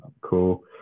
cool